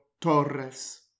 Torres